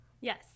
Yes